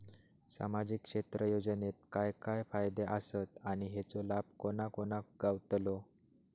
सामजिक क्षेत्र योजनेत काय काय फायदे आसत आणि हेचो लाभ कोणा कोणाक गावतलो?